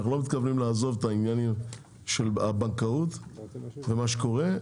אנחנו לא מתכוונים לעזוב את העניין של הבנקאות ומה שקורה.